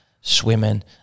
swimming